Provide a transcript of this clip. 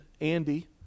Andy